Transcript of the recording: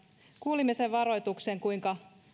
kuulimme sen varoituksen kuinka